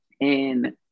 and-